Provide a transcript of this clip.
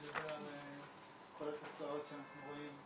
מדבר על כל התוצאות שאנחנו רואים,